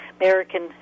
American